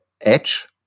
edge